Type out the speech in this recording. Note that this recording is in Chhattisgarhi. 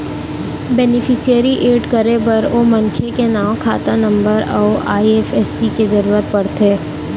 बेनिफिसियरी एड करे बर ओ मनखे के नांव, खाता नंबर अउ आई.एफ.एस.सी के जरूरत परथे